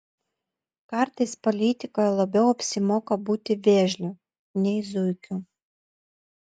kartais politikoje labiau apsimoka būti vėžliu nei zuikiu